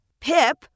Pip